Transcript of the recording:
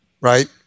Right